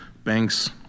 banks